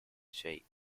shape